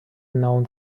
known